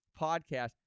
podcast